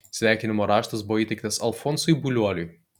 sveikinimo raštas buvo įteiktas alfonsui buliuoliui